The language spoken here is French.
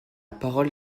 parole